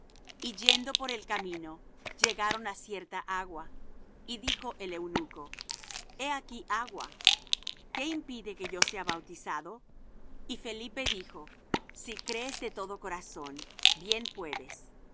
y yendo por el camino llegaron á cierta agua y dijo el eunuco he aquí agua qué impide que yo sea bautizado y felipe dijo si crees de todo corazón bien puedes